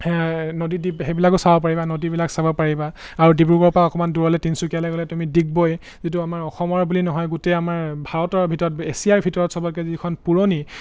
সেই নদীদ্বীপ সেইবিলাকো চাব পাৰিবা নদীবিলাক চাব পাৰিবা আৰু ডিব্ৰুগড়ৰপৰা অকণমান দূৰলৈ তিনচুকীয়ালৈ গ'লে তুমি ডিগবৈ যিটো আমাৰ অসমৰে বুলি নহয় গোটেই আমাৰ ভাৰতৰ ভিতৰত এছিয়াৰ ভিতৰত চবতকৈ যিখন পুৰণি